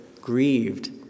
grieved